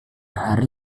hari